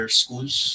schools